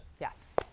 yes